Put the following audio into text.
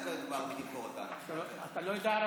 אתה לא יודע ערבית?